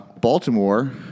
Baltimore